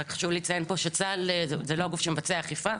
רק חשוב לי לציין פה שצה"ל הוא לא הגוף שמבצע אכיפה.